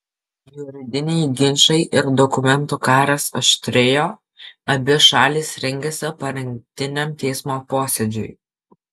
juridiniai ginčai ir dokumentų karas aštrėjo abi šalys rengėsi parengtiniam teismo posėdžiui